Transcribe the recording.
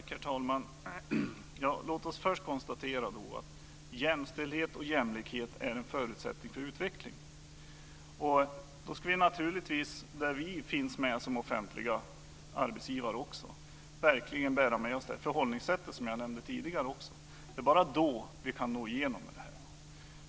Herr talman! Låt oss först konstatera att jämställdhet och jämlikhet är en förutsättning för utveckling. Då ska vi naturligtvis, där vi finns med som offentliga arbetsgivare, bära med oss det förhållningssätt som jag nämnde tidigare. Det är bara då vi kan nå igenom med detta.